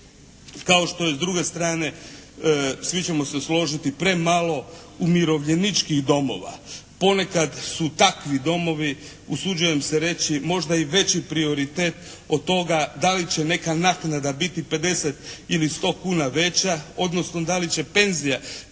Kao što je s druge strane, svi ćemo se složiti, premalo umirovljeničkih domova. Ponekad su takvi domovi usuđujem se reći, možda i veći prioritet od toga da li će neka naknada biti 50 ili 100 kuna veća, odnosno da li će penzija